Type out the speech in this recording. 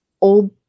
old